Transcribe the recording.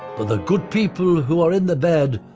but the good people who are in the bed,